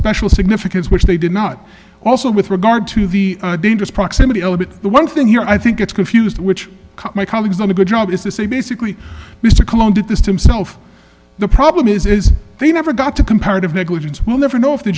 special significance which they did not also with regard to the dangerous proximity to the one thing here i think it's confused which my colleagues not a good job is to say basically mr cologne did this to himself the problem is he never got to comparative negligence we'll never know if the